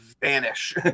vanish